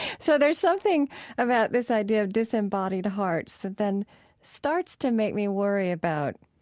so there's something about this idea of disembodied hearts that then starts to make me worry about